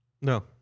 No